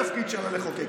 התפקיד שלה הוא לחוקק.